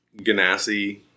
Ganassi